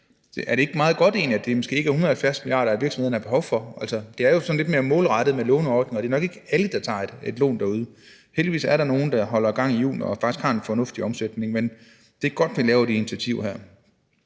ikke meget godt, at det måske ikke er 170 mia. kr., som virksomhederne har behov for? Det er jo sådan lidt mere målrettet med låneordninger, og det er nok ikke alle, der tager et lån derude. Heldigvis er der nogle, der holder gang i hjulene og faktisk har en fornuftig omsætning. Men det er godt, at vi tager de her initiativer.